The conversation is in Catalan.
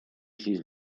sis